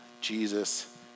Jesus